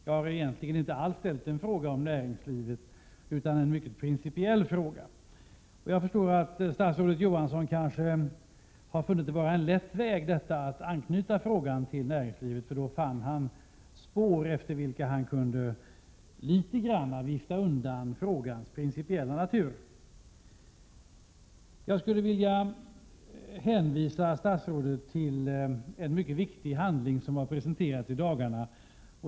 Jag har egentligen inte alls ställt en fråga om näringslivet, utan en mycket principiell fråga. Jag förstår att statsrådet Johansson kanske funnit det vara en lätt väg att anknyta frågan till näringslivet. Han har därvid funnit spår efter Prot. 1987/88:129 vilka han i viss mån kunnat vifta undan frågans principiella natur. 30 maj 1988 Jag skulle vilja hänvisa statsrådet till en mycket viktig handling som har presenterats i dagarna.